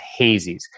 hazies